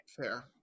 Fair